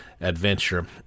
adventure